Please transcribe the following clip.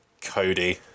Cody